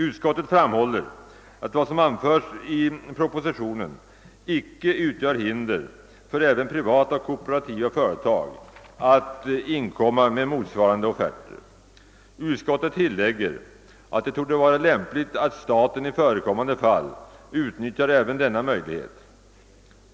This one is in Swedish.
Utskottet framhåller att vad som anförts i propositionen icke utgör hinder för även privata och kooperativa företag att inkomma med motsvarande offerter. Utskottet tillägger att det torde vara lämpligt att staten i förekommande fall utnyttjar även denna möjlighet.